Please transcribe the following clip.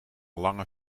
lange